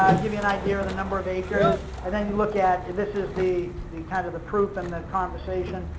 um give you an idea of the number of acres, and then you look at, this is the the kind of the proof and the conversation,